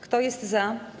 Kto jest za?